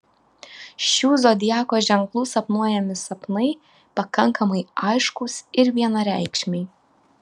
šių zodiako ženklų sapnuojami sapnai pakankamai aiškūs ir vienareikšmiai